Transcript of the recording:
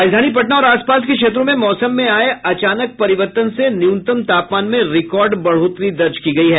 राजधानी पटना और आस पास के क्षेत्रों में मौसम में आये अचानक परिवर्तन से न्यूनतम तापमान में रिकार्ड बढोतरी दर्ज की गयी है